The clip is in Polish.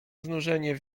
znużenie